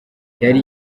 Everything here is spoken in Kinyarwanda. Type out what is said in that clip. yari